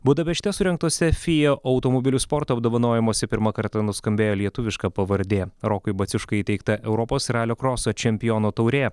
budapešte surengtose fia automobilių sporto apdovanojimuose pirmą kartą nuskambėjo lietuviška pavardė rokui baciuškai įteikta europos ralio kroso čempiono taurė